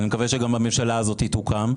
שאני מקווה שגם בממשלה הזאת תוקם,